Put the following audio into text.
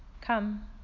Come